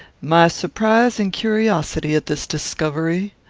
my surprise and curiosity at this discovery.